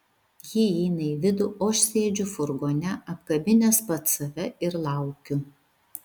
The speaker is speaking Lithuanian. ji įeina į vidų o aš sėdžiu furgone apkabinęs pats save ir laukiu